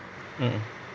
mmhmm